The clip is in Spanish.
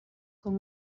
con